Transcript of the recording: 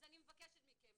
אז אני מבקשת מכם,